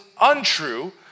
untrue